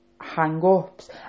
hang-ups